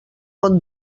pot